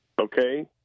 Okay